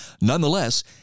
Nonetheless